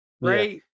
right